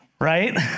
right